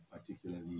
particularly